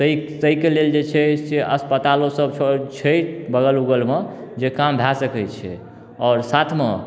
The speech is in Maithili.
ताहिके लेल जे छै से अस्पतालो सब छै बगल उगलमे जे काम भऽ सकै छै आओर साथमे